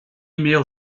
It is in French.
meilleure